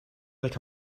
like